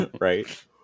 right